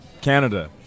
Canada